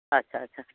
ᱟᱪᱪᱷᱟ ᱟᱪᱪᱷᱟ